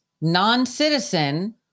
non-citizen